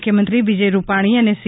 મુખ્યમંત્રી વિજય રૂપાણી ને સી